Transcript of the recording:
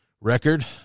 record